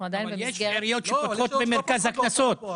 יש עיריות שפותחות במרכז הקנסות.